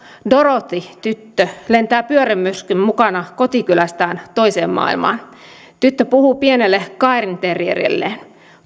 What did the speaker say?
dorothy tyttö lentää pyörremyrskyn mukana kotikylästään toiseen maailmaan tyttö puhuu pienelle cairnterrierilleen